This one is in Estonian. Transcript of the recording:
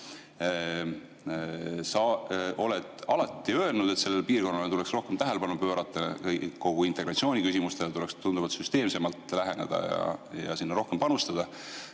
Sa oled alati öelnud, et sellele piirkonnale tuleks rohkem tähelepanu pöörata, õieti kogu integratsiooni küsimustele tuleks tunduvalt süsteemsemalt läheneda ja sinna rohkem panustada.